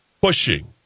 Pushing